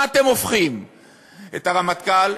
מה אתם הופכים את הרמטכ"ל,